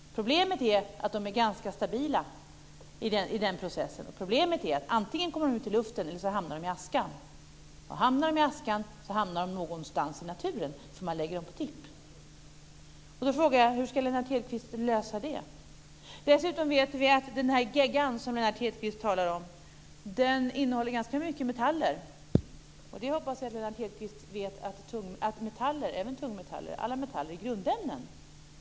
Problemet är också att dessa är ganska stabila i den processen. Antingen kommer de ut i luften eller så hamnar de i askan. Hamnar de i askan så hamnar de någonstans i naturen, för man lägger dem på tipp. Då frågar jag: Hur ska Lennart Hedquist lösa det? Dessutom vet vi att den här geggan som Lennart Hedquist talar om innehåller ganska mycket metaller. Jag hoppas att Lennart Hedquist vet att alla metaller, även tungmetaller, är grundämnen.